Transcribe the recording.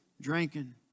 drinking